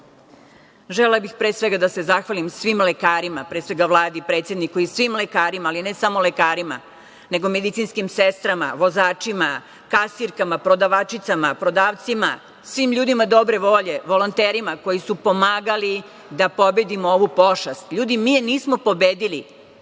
bih pre svega da se zahvalim svim lekarima, pre svega Vladi, predsedniku i svim lekarima, ali ne samo lekarima, nego medicinskim sestrama, vozačima, kasirkama, prodavačicama, prodavcima, svim ljudima dobre volje, volonterima koji su pomagali da pobedimo ovu pošast. Ljudi, mi je nismo pobedili.